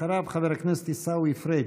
אחריו, חבר הכנסת עיסאווי פריג'.